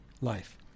life